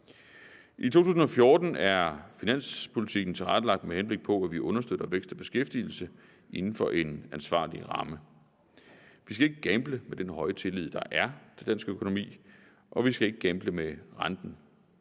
I 2014 er finanspolitikken tilrettelagt, med henblik på at vi understøtter vækst og beskæftigelse inden for en ansvarlig ramme. Vi skal ikke gamble med den høje tillid, der er til dansk økonomi, og vi skal ikke gamble med renten.